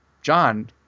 John